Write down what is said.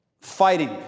fighting